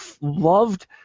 loved